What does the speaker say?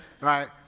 right